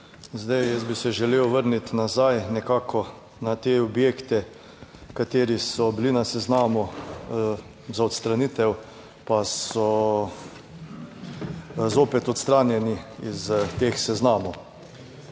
Zdaj jaz bi se želel vrniti nazaj nekako na te objekte, kateri so bili na seznamu za odstranitev, pa so zopet odstranjeni iz teh seznamov.